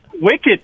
Wicked